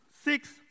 six